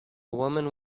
woman